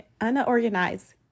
unorganized